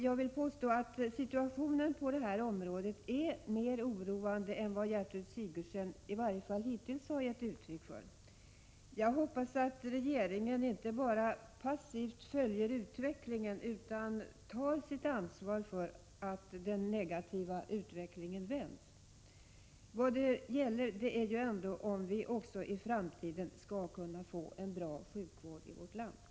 Jag vill påstå att situationen på det här området är mer oroande än vad Gertrud Sigurdsen i varje fall hittills gett uttryck för. Jag hoppas att regeringen inte bara passivt följer utvecklingen utan även tar sitt ansvar för att den negativa utvecklingen vänds. Vad det handlar om är ju ändå att vi också i framtiden skall kunna få en bra sjukvård i vårt land.